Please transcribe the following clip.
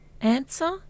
answer